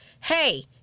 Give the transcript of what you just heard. Hey